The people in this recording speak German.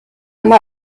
mal